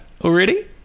already